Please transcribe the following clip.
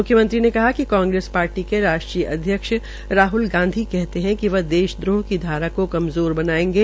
मुख्यमंत्री ने कहा कि कांग्रेस पार्टी के राष्ट्रीय अध्यक्ष राहल गांधी कहते है कि वह देशद्रोह की धारा को कमज़ोर बनायेंगे